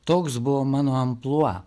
toks buvo mano amplua